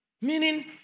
meaning